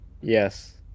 Yes